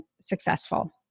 successful